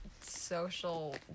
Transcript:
social